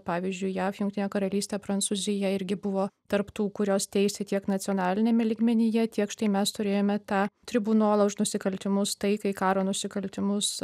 pavyzdžiui jav jungtinė karalystė prancūzija irgi buvo tarp tų kurios teisė tiek nacionaliniame lygmenyje tiek štai mes turėjome tą tribunolą už nusikaltimus taikai karo nusikaltimus